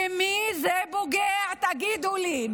במי זה פוגע, תגידו לי?